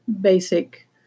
basic